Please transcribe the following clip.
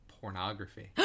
pornography